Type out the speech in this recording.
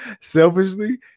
selfishly